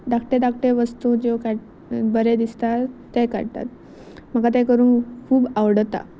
धाकटे धाकट्यो वस्तू ज्यो का बरें दिसता ते काडटात म्हाका ते करूंक खूब आवडता